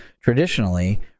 Traditionally